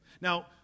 Now